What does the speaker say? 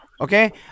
Okay